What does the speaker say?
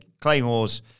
Claymore's